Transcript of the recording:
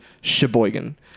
sheboygan